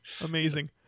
Amazing